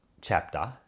chapter